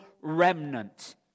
remnant